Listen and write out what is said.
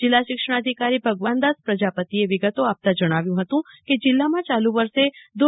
જિલ્લા શિક્ષણાધિકારી ભગવાનદાસ પ્રજાતિએ વિગતો આપતાં જણાવ્યું હતું કે જિલ્લામાં ચાલુ વર્ષે ધો